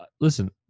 listen